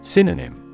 Synonym